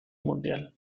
mundial